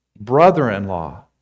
brother-in-law